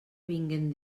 vinguen